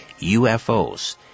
UFOs